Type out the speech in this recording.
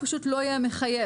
פשוט לא יהיה מחייב.